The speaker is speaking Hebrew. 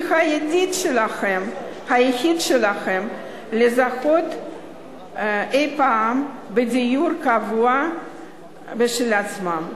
היחיד שלהן לזכות אי-פעם בדיור קבוע משל עצמם,